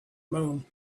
moon